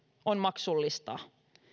on maksullista